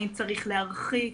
האם צריך להרחיק.